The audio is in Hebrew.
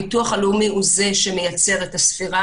הביטוח הלאומי הוא זה שמייצר את הספירה.